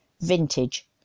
Vintage